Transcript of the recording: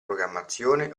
programmazione